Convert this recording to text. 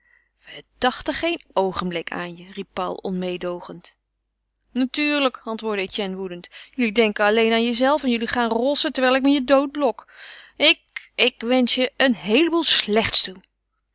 dachten geen oogenblik aan je riep paul onmeêdoogend natuurlijk antwoordde etienne woedend jullie denken alleen aan jezelve en jullie gaan rossen terwijl ik me hier doodblok ik ik wensch je een heelen boel slechts toe